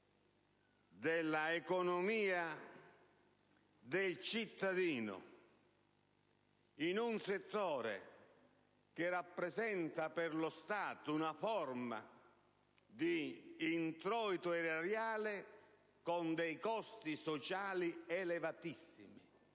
dell'economia del cittadino, in un settore che rappresenta per lo Stato una forma di introito erariale con dei costi sociali elevatissimi,